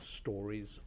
stories